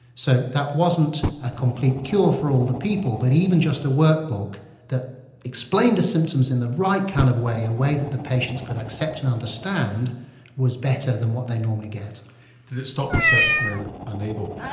so that wasn't a complete cure for all the people but even just a work book that explained the symptoms in a right kind of way, a way that the patients could accept and understand was better than what they normally get. did it stop the search for a label?